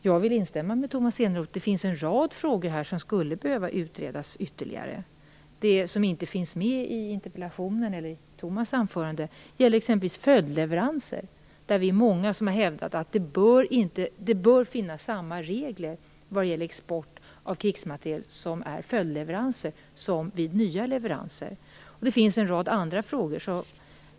Jag vill instämma med Tomas Eneroth att det finns en rad frågor som skulle behöva utredas ytterligare. Något som inte finns med i interpellationen eller i Tomas Eneroths anförande gäller exempelvis följdleveranser, där vi är många som har hävdat att det bör vara samma regler för export av krigsmateriel som är följdleveranser och för det som är nya leveranser. Det finns också en rad andra frågor.